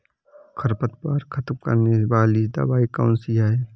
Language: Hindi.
खरपतवार खत्म करने वाली दवाई कौन सी है?